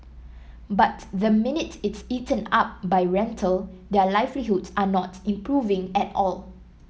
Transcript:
but the minute it's eaten up by rental their livelihoods are not improving at all